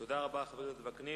תודה רבה, חבר הכנסת וקנין.